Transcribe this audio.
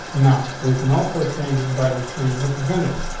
now, we can also change it by just changing the percentages.